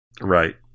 Right